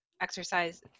exercise